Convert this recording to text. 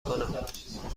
کنم